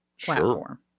platform